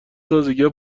تازگیها